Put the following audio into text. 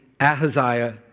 Ahaziah